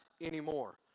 anymore